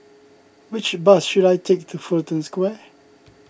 which bus should I take to Fullerton Square